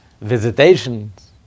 visitations